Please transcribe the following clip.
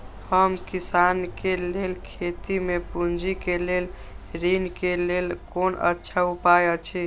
हम किसानके लेल खेती में पुंजी के लेल ऋण के लेल कोन अच्छा उपाय अछि?